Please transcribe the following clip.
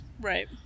Right